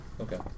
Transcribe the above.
Okay